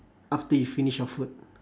after you finish your food